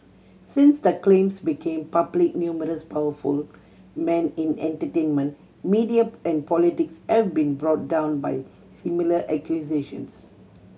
since the claims became public numerous powerful men in entertainment media and politics have been brought down by similar accusations